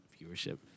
viewership